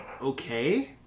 okay